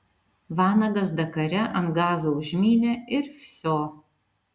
vanagas dakare ant gazo užmynė ir vsio